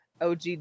OG